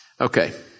Okay